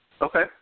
Okay